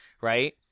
Right